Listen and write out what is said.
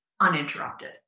uninterrupted